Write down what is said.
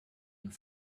and